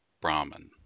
Brahman